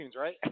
right